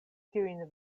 tiujn